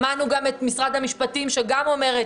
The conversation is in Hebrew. שמענו גם את משרד המשפטים שגם אומרת